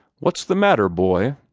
what's the matter, boy?